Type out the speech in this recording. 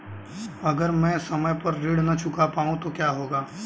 अगर म ैं समय पर ऋण न चुका पाउँ तो क्या होगा?